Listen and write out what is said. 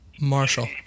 Marshall